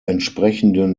entsprechenden